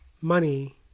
money